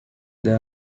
there